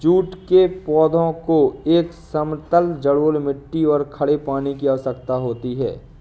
jute के पौधे को एक समतल जलोढ़ मिट्टी और खड़े पानी की आवश्यकता होती है